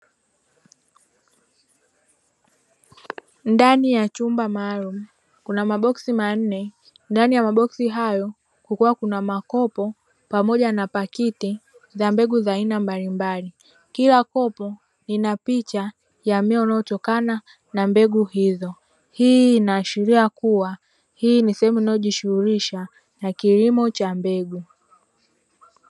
Ndani ya chumba maalumu kuna maboksi manne, ndani ya maboksi hayo kuna makopo pamoja na pakiti za mbegu za aina mbalimbali. Kila kopo lina picha ya mmea unaotokana na mbegu hizo. Hii inaashiria kuwa hii ni sehemu inayojishughulisha na kilimo cha mbegu.